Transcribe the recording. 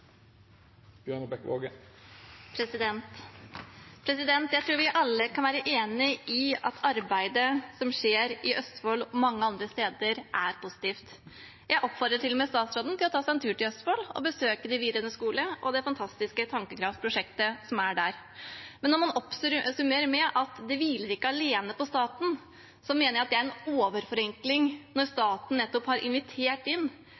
Jeg tror vi alle kan være enige om at arbeidet som skjer i Østfold og mange andre steder, er positivt. Jeg oppfordrer til og med statsråden til å ta seg en tur til Østfold og besøke de videregående skolene og det fantastiske Tankekraft-prosjektet der. Men når man oppsummerer med at det ikke hviler på staten alene, mener jeg det er en overforenkling når staten nettopp har invitert inn,